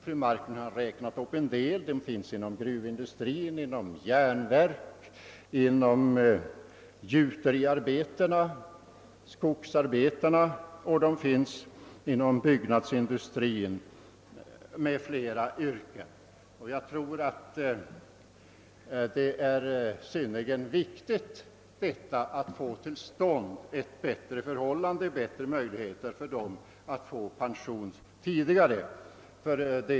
Fru Marklund har räknat upp en del: gruvindustrin, järnverken. gjuterierna, skogen, byggnadsindustrin o.s.v. Det är synnerligen viktigt att få till stånd bättre förhållanden och större möjligheter för dem att erhålla pension tidigare.